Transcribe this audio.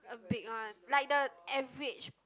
a big one like the average